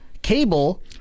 Cable